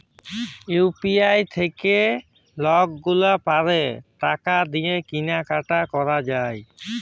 UPI থ্যাইকে লকগুলাল পারে টাকা দিঁয়ে কিলা কাটি ক্যরা যায়